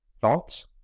Thoughts